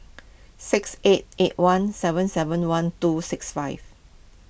six eight eight one seven seven one two six five